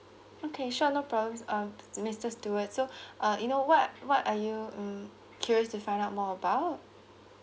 okay sure no problems um mister steward so uh you know what what are you um curious to find out more about